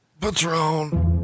Patron